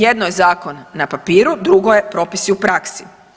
Jedno je zakon na papiru, drugo je propisi u praksi.